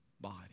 body